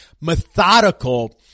methodical